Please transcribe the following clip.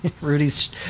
Rudy's